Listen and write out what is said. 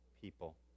people